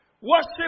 Worship